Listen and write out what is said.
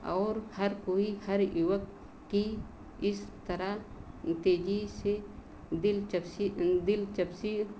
और हर कोई हर युवक की इस तरह तेज़ी से दिल चपसी दिलचपसी